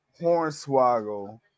Hornswoggle